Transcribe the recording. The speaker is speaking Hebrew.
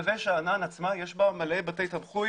נווה שאנן עצמה יש בה מלא בתי תמחוי